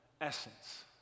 essence